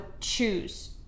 choose